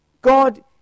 God